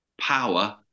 power